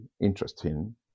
interesting